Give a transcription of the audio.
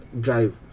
Drive